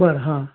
बरं हां